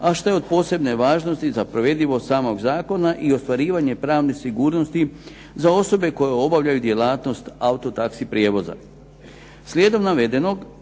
a što je od posebne važnosti za provedivost samog Zakona i ostvarivanje pravne sigurnosti za osobe koje obavljaju djelatnost auto taxi prijevoza. Slijedom navedenom